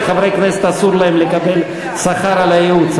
וחברי כנסת אסור להם לקבל שכר על ייעוץ,